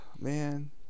man